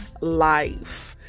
life